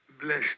Bless